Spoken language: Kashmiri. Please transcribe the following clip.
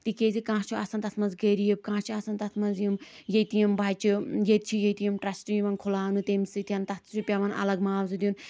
تِکیازِ کانٛہہ چھُ آسان تتھ منٛز غریب کانٛہہ چھُ آسان تتھ منٛز یِم یتیٖم بچہ یتہِ چھِ یتیٖم ٹرسٹ یِوان کھُلاونہٕ تمہِ سۭتۍ تتھ چھُ پٮ۪وان الگ معاوضہٕ دِیُن